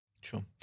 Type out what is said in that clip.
Sure